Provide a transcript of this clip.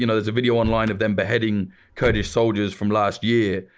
you know there's a video online of them beheading kurdish soldiers from last year,